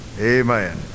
Amen